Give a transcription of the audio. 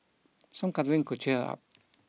some cuddling could cheer her up